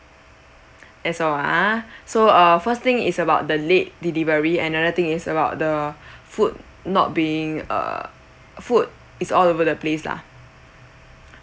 that's all ah so uh first thing is about the late delivery another thing is about the food not being uh food is all over the place lah